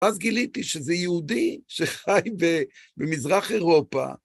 אז גיליתי שזה יהודי שחי במזרח אירופה